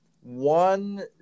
One